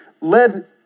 led